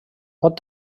pot